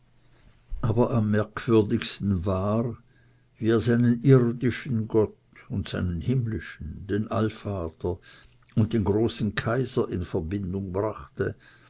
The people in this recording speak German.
aber am merkwürdigsten war wie er seinen irdischen gott und seinen himmlischen den allvater und den großen kaiser in verbindung brachte